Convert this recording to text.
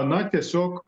na tiesiog